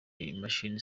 imashini